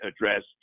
addressed